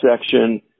section